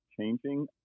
changing